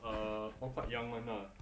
err all quite young [one] lah